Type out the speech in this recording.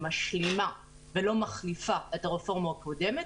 משלימה ולא מחליפה את הרפורמה הקודמת,